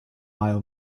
bio